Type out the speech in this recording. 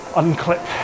unclip